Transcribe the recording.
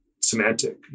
Semantic